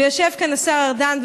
ויושב כאן השר ארדן,